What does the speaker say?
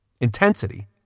Intensity